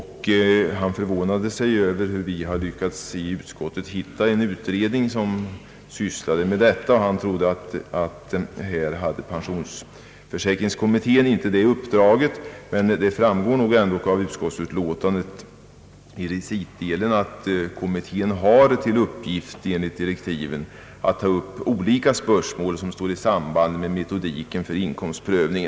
Han förvånade sig över hur utskottet lyckats hitta en utredning som sysslar med detta, ty han trodde inte att pensionsförsäkringskommittén har det uppdraget. Emellertid framgår det av recitdelen av utskottsutlåtandet att kommittén enligt direktiven har till uppgift att ta upp olika spörsmål som står i samband med metodiken för inkomstprövning.